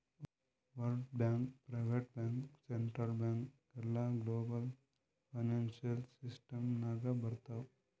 world bank, private bank, central bank ಎಲ್ಲಾ global financial system ನಾಗ್ ಬರ್ತಾವ್